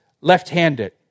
left-handed